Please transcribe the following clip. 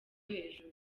hejuru